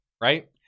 right